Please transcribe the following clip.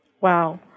Wow